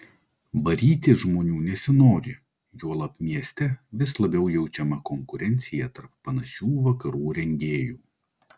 varyti žmonių nesinori juolab mieste vis labiau jaučiama konkurencija tarp panašių vakarų rengėjų